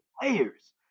Players